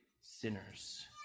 sinners